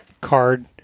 card